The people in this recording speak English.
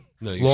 No